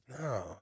No